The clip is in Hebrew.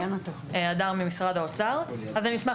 אני אשמח להתייחס לשני הסעיפים העיקריים,